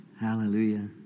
Hallelujah